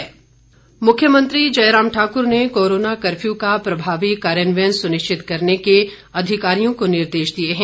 मुख्यमंत्री मुख्यमंत्री जयराम ठाकुर ने कोरोना कर्फ्यू का प्रभावी कार्यान्वयन सुनिश्चित करने के अधिकारियों को निर्देश दिए हैं